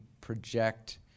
project